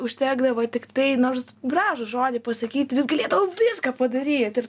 užtekdavo tiktai nors gražų žodį pasakyt ir jis galėdavo viską padaryt ir